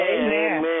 Amen